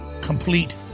complete